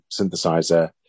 synthesizer